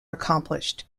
accomplished